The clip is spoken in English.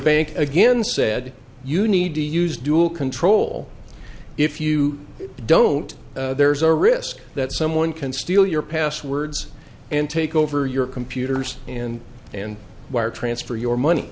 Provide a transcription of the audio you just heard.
bank again said you need to use dual control if you don't there's a risk that someone can steal your passwords and take over your computers and and wire transfer your money